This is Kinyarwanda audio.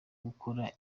gukora